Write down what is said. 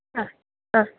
ആ ആ